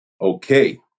okay